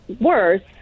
worse